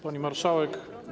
Pani Marszałek!